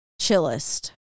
Chillest